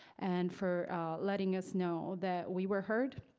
and for letting us know that we were heard.